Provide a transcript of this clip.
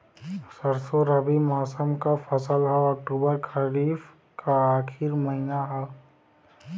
सरसो रबी मौसम क फसल हव अक्टूबर खरीफ क आखिर महीना हव